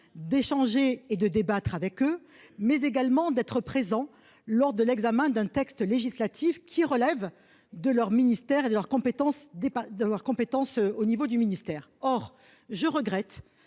d’échanger et de débattre avec eux, mais également d’être présents lors de l’examen d’un texte législatif qui relève de leur ministère et de leurs compétences. À cet égard, je regrette,